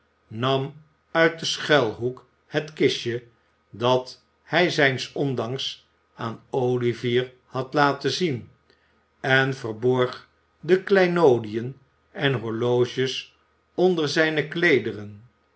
nam uit den schuilhoek het kistje dat hij zijns ondanks aan olivier had laten zien en verborg de kleinoodiën en horloges onder zijne kleederen